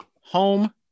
home